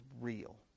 real